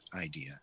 idea